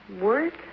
Work